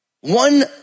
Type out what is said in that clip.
One